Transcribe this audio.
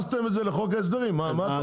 הכנסתם את זה לחוק ההסדרים, על מה אתה מדבר?